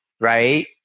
right